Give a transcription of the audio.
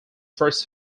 first